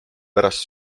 pärast